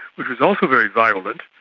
which was also very violent,